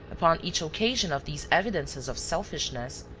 upon each occasion of these evidences of selfishness,